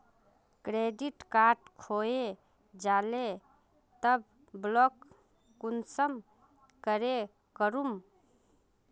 Credit card खोये जाले पर ब्लॉक कुंसम करे करूम?